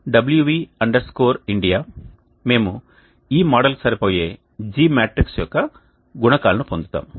wv India మేము ఈ మోడల్కి సరిపోయే G మ్యాట్రిక్స్ యొక్క గుణకాలను పొందుతాము